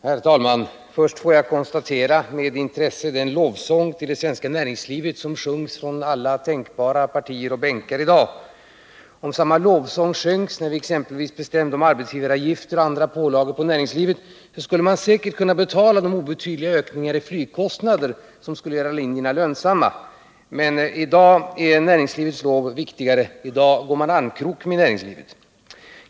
Herr talman! Får jag först med intresse notera den lovsång till det svenska näringslivet som sjungs från alla tänkbara partier och bänkar i dag. Om samma lovsång sjöngs när vi beslutar om t.ex. arbetsgivaravgifter och andra pålagor på näringslivet, skulle näringslivet säkerligen kunna betala de obetydliga ökningar av flygkostnaderna som gör linjerna lönsamma. Men i dag är det viktigare att sjunga näringslivets lov — i dag går man armkrok med näringslivet.